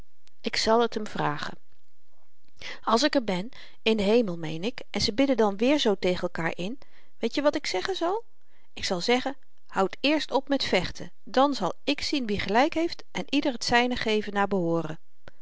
ik zal t hem vragen als ik er ben in den hemel meen ik en ze bidden dan weer zoo tegen elkaar in weetje wat ik zeggen zal ik zal zeggen houd eerst op met vechten dan zal ik zien wie gelyk heeft en ieder t zyne geven naar behooren